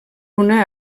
una